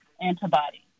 antibody